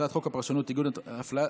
הצעת חוק הפרשנות (תיקון,